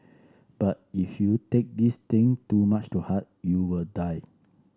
but if you take these things too much to heart you will die